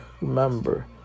Remember